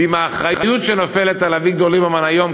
ועם האחריות שנופלת על כתפי אביגדור ליברמן היום,